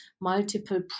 multiple